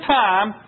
time